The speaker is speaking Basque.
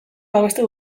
babestu